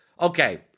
okay